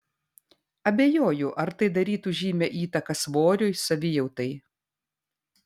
abejoju ar tai darytų žymią įtaką svoriui savijautai